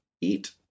eat